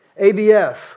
ABF